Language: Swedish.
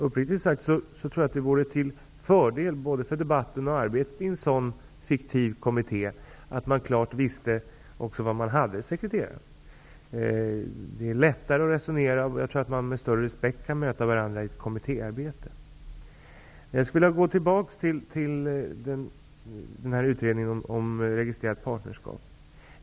Uppriktigt sagt tror jag att det vore till fördel både för debatten och för arbetet i en sådan fiktiv kommitté, om man klart visste var man hade sekreteraren. Det är då lättare att resonera, samtidigt som man kan möta varandra med större respekt i kommittéarbetet. Jag vill återkomma till utredningen om registrerat partnerskap.